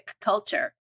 culture